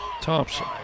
Thompson